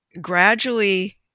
gradually